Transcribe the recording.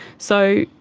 so,